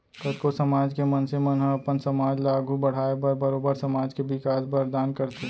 कतको समाज के मनसे मन ह अपन समाज ल आघू बड़हाय बर बरोबर समाज के बिकास बर दान करथे